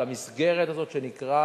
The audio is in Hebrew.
על המסגרת הזאת שנקראת